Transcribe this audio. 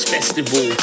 Festival